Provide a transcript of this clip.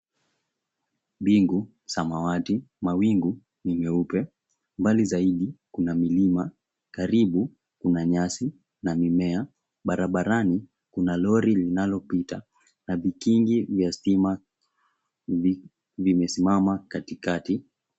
Mbingu samawati, mawingu ni meupe mbali zaidi kuna milima, karibu kuna nyasi na mimea, barabarani kuna lori linalopita na vigingi vya stima vimesimama katikati.